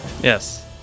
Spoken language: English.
Yes